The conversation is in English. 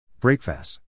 Breakfast